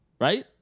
right